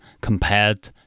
compared